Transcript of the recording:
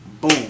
Boom